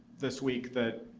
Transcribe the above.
this week that,